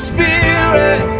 Spirit